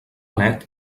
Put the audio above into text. net